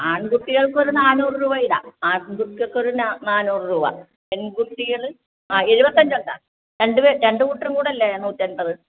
ആൺകുട്ടികൾക്ക് ഒരു നാനൂറ് രൂപ ഇടാം ആൺകുട്ടികൾക്ക് ഒരു ന നാനൂറ് രൂപ പെൺകുട്ടികൾ ആ എഴുപത്തഞ്ച് ഉണ്ടോ രണ്ട് പെ രണ്ട് കൂട്ടരും കൂടെ അല്ലേ നൂറ്റൻപത്